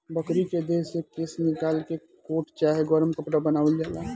बकरी के देह से केश निकाल के कोट चाहे गरम कपड़ा बनावल जाला